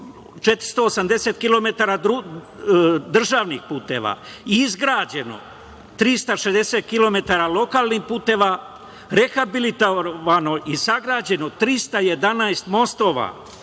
480 km državnih puteva, izgrađeno 360 km lokalnih puteva, rehabilitovano i sagrađeno 311 mostova.